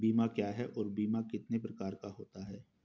बीमा क्या है और बीमा कितने प्रकार का होता है?